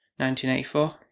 1984